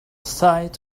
sight